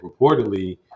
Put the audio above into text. reportedly